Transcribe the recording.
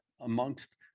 amongst